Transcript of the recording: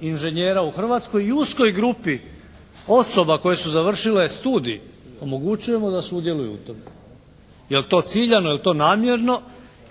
inženjera u Hrvatskoj i uskoj grupi osoba koje su završile studij omogućujemo da sudjeluju u tome. Je li to ciljano, je li to namjerno